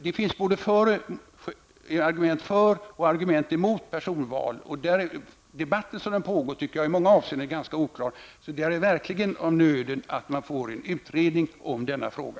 Det finns argument både för och emot personval, och debatten som pågår är i ganska många avseenden oklar. Därför är det verkligen av nöden att det blir en utredning av denna fråga.